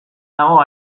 dago